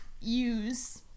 use